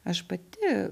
aš pati